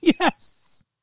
Yes